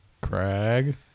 Craig